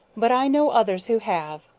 but i know others who have.